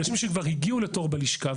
אנשים שכבר הגיעו לתור בלשכה,